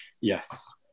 yes